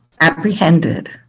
apprehended